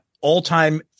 all-time